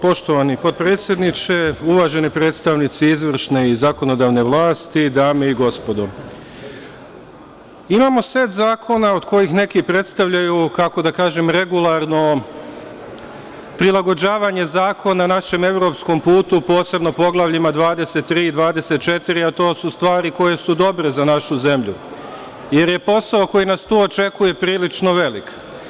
Poštovani potpredsedniče, uvaženi predstavnici izvršne i zakonodavne vlasti, dame i gospodo imamo set zakona od kojih neki predstavljaju, kako da kažem, regularno prilagođavanje zakona našem evropskom putu, posebno Poglavljima 23, 24, a to su stvari koje su dobre za našu zemlju, jer je posao koji nas tu očekuje prilično velik.